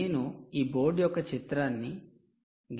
నేను ఈ బోర్డు యొక్క చిత్రాన్ని గీస్తాను